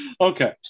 Okay